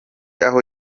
aho